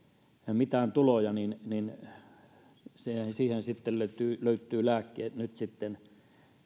mitään tuloja mutta siihen löytyvät lääkkeet nyt sitten